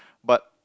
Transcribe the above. but